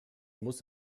muss